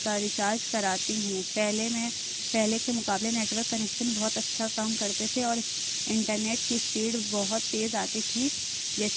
کا ریچارج کراتی ہوں پہلے میں پہلے کے مقابلے نیٹورک کنیکشن بہت اچھا کام کرتے تھے اور انٹرنیٹ کی اسپیڈ بہت تیز آتی تھی جیسے